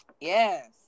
Yes